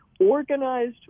organized